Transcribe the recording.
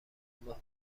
ماه